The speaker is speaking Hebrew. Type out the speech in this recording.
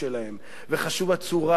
וחשובה הצורה שבה הם מגיעים,